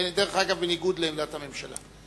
דרך אגב, בניגוד לעמדת הממשלה.